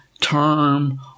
term